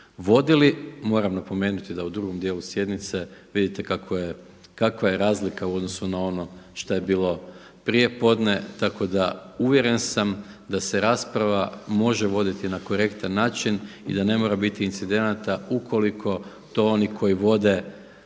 vodili. Moram napomenuti da u drugom dijelu sjednice vidite kakva je razlika u odnosu na ono šta je bilo prije podne tako da uvjeren sam da se rasprava može voditi na korektan način i da ne mora biti incidenata ukoliko to oni koji vode